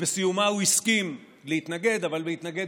ובסיומה הוא הסכים להתנגד אבל להתנגד